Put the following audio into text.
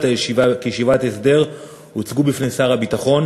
הישיבה כישיבת הסדר הוצגו בפני שר הביטחון.